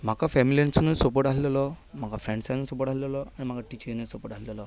म्हाका फेमिलिनसून सपोर्ट आशिल्लो म्हाका फ्रँडसांचो सपोर्ट आशिल्लो म्हाका टिचरिंचो सपोर्ट आशिल्लो